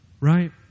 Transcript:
right